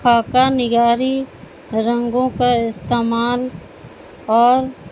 خاکہ نگاری رنگوں کا استعمال اور